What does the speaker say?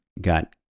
got